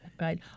right